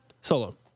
solo